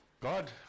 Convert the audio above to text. God